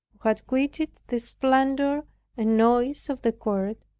who had quitted the splendor and noise of the court,